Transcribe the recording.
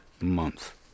Month